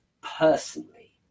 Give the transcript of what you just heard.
Personally